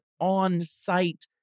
on-site